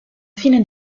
fine